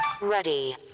Ready